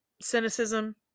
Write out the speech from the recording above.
cynicism